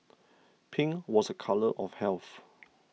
pink was a colour of health